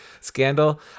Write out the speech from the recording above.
scandal